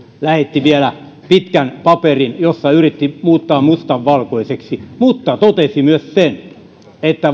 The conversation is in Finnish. lähetti vielä pitkän paperin jossa yritti muuttaa mustan valkoiseksi mutta totesi myös sen että